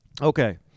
Okay